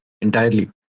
entirely